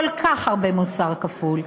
כל כך הרבה מוסר כפול.